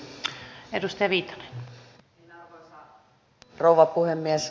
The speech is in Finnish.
arvoisa rouva puhemies